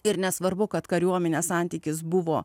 ir nesvarbu kad kariuomenės santykis buvo